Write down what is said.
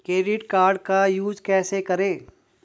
Credit card का use कैसे करें?